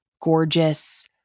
gorgeous